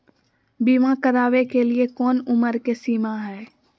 बीमा करावे के लिए कोनो उमर के सीमा है?